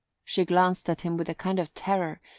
she glanced at him with a kind of terror,